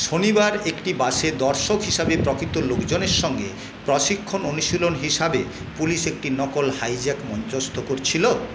শনিবার একটি বাসে দর্শক হিসাবে প্রকৃত লোকজনের সঙ্গে প্রশিক্ষণ অনুশীলন হিসাবে পুলিশ একটি নকল হাইজ্যাক মঞ্চস্থ করছিল